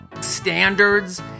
standards